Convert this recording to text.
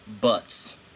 Butts